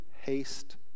haste